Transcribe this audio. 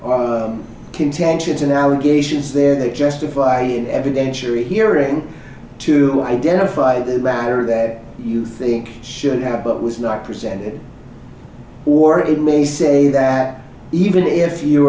contentions in allegations there that justify an evidentiary hearing to identify the latter that you think should have but was not presented or it may say that even if you